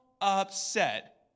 upset